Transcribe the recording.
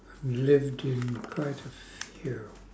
lived in quite a few